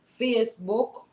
Facebook